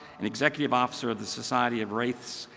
and executive officer of the society of race,